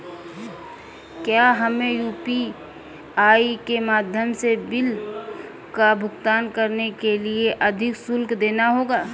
क्या हमें यू.पी.आई के माध्यम से बिल का भुगतान करने के लिए अधिक शुल्क देना होगा?